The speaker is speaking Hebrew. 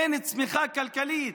אין צמיחה כלכלית.